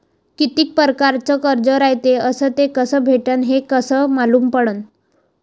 कितीक परकारचं कर्ज रायते अस ते कस भेटते, हे कस मालूम पडनं?